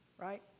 Right